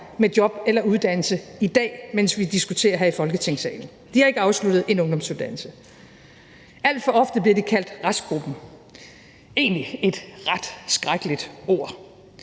med job eller uddannelse i dag, mens vi diskuterer her i Folketingssalen, de har ikke afsluttet en ungdomsuddannelse. Alt for ofte bliver de kaldt restgruppen, hvilket egentlig er et ret skrækkeligt ord.